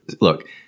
look